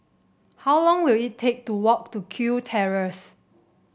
how long will it take to walk to Kew Terrace